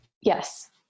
Yes